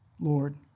Lord